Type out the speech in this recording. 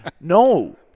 No